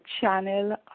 channel